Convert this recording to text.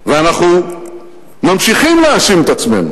ואנחנו ממשיכים להאשים את עצמנו,